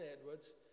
Edwards